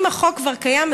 אם החוק כבר קיים,